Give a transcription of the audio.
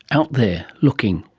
out there, looking,